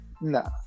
No